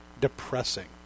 depressing